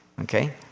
Okay